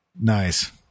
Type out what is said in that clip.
Nice